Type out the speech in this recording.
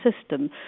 system